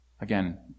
Again